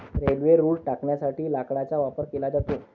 railway रुळ टाकण्यासाठी लाकडाचा वापर केला जातो